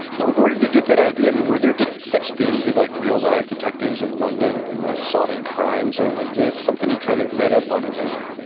so where did he get that idea? i mean, were there such things as like real-life detectives in london who were solving crimes, or was this something he kind of made up on his own?